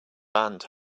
band